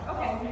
Okay